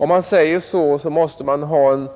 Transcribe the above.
Om man säger så, måste man ha en